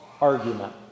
argument